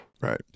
Right